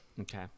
Okay